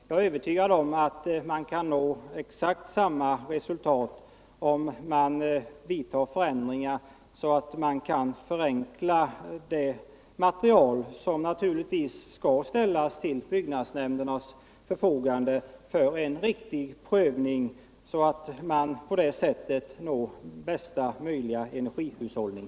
Jag är övertygad om att man kan nå exakt samma resultat, om man vidtar sådana förändringar att man kan förenkla materialet, som givetvis skall ställas till byggnadsnämndernas förfogande för en riktig prövning, så att man på det sättet kan uppnå bästa möjliga energihushållning.